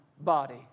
body